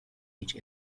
each